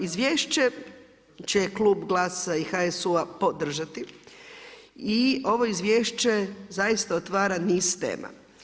Izvješće čiji će klub GLAS-a i HSU-a podržati i ovo izvješće zaista otvara niz tema.